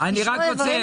אני רק רוצה